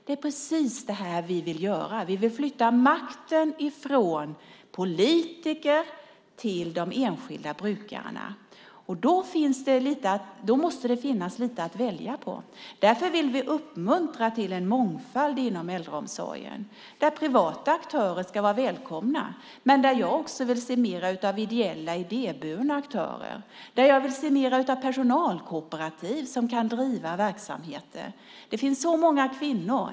Det här handlar precis om vad vi vill göra, nämligen flytta makten från politiker till de enskilda brukarna. Då måste det finnas lite att välja på. Därför vill vi uppmuntra till en mångfald inom äldreomsorgen, där privata aktörer ska vara välkomna men där jag också vill se mer av ideella idéburna aktörer. Jag vill se mer av personalkooperativ som kan driva verksamheter. Det finns många kvinnor.